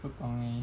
不懂 eh